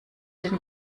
den